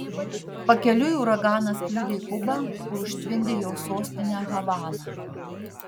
pakeliui uraganas kliudė kubą kur užtvindė jos sostinę havaną